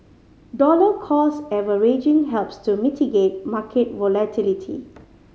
dollar cost averaging helps to mitigate market volatility